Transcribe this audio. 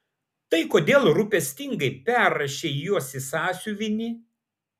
tai kodėl rūpestingai perrašei juos į sąsiuvinį